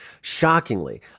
Shockingly